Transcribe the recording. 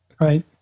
right